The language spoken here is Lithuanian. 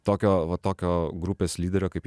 tokio va tokio grupės lyderio kaip